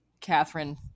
Catherine